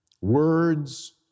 Words